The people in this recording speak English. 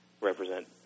represent